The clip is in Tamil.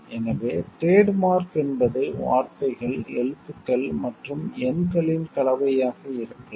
எனவே டிரேட் மார்க் என்பது வார்த்தைகள் எழுத்துக்கள் மற்றும் எண்களின் கலவையாக இருக்கலாம்